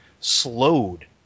slowed